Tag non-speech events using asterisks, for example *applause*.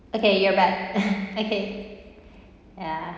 okay you're back *laughs* okay ya